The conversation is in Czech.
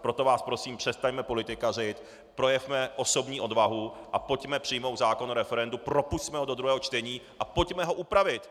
Proto vás prosím, přestaňme politikařit, projevme osobní odvahu a pojďme přijmout zákon o referendu, propusťme ho do druhého čtení a pojďme ho upravit.